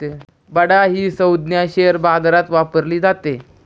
बडा ही संज्ञा शेअर बाजारात वापरली जाते